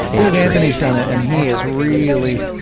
dave anthony's done it and he is really,